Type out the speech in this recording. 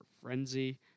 frenzy